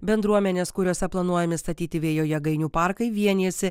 bendruomenės kuriose planuojami statyti vėjo jėgainių parkai vienijasi